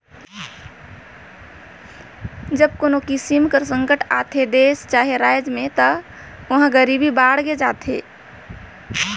जब कोनो किसिम कर संकट आथे देस चहे राएज में ता उहां गरीबी बाड़गे जाथे